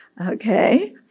okay